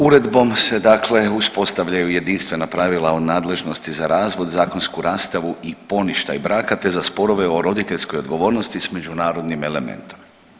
Uredbom se, dakle uspostavljaju i jedinstvena pravila o nadležnosti za razvod, zakonsku rastavu i poništaj braka, te za sporove o roditeljskoj odgovornosti sa međunarodnim elementom.